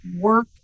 work